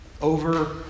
over